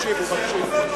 הוא מקשיב, הוא מקשיב.